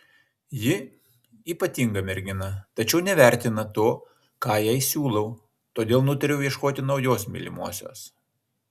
ji ypatinga mergina tačiau nevertina to ką jai siūlau todėl nutariau ieškoti naujos mylimosios